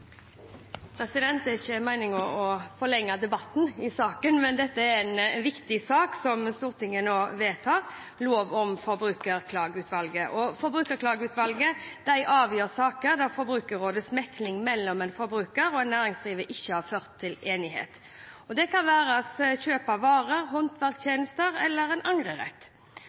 Det er ikke meningen å forlenge debatten i saken, men det er en viktig sak som Stortinget nå vedtar, lov om Forbrukerklageutvalget. Forbrukerklageutvalget avgjør saker der Forbrukerrådets mekling mellom en forbruker og en næringsdrivende ikke har ført til enighet. Dette kan være kjøp av varer, håndverkstjenester eller angrerett.